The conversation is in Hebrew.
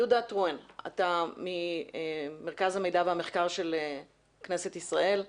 יהודה ממרכז המחקר והמידע של כנסת ישראל.